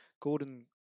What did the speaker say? Gordon